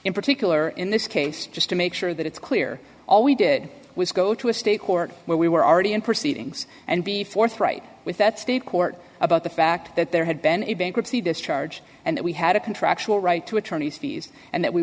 in particular in this case just to make sure that it's clear all we did was go to a state court where we were already in proceedings and be forthright with that state court about the fact that there had been a bankruptcy discharge and that we had a contractual right to attorneys fees and that we